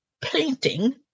painting